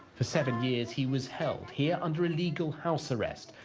for seven years, he was held here under illegal house arrest.